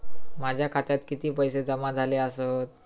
माझ्या खात्यात किती पैसे जमा झाले आसत?